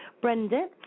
Brenda